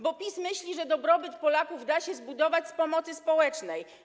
Bo PiS myśli, że dobrobyt Polaków da się zbudować z pomocy społecznej.